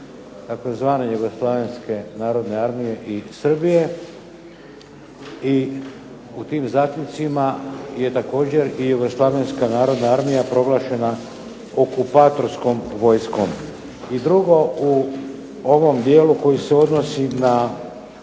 tzv. jugoslavenske narodne armije i Srbije. I u tim zaključcima je također i jugoslavenska narodna armija proglašena okupatorskom vojskom. I drugo, u ovom dijelu koji se odnosi na